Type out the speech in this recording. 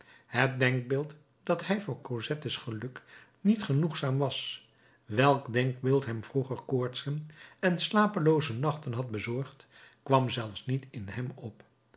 het denkbeeld dat hij voor cosettes geluk niet genoegzaam was welk denkbeeld hem vroeger koortsen en slapelooze nachten had bezorgd kwam zelfs niet in hem op